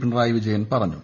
പിണറായി വിജയൻ പറഞ്ഞു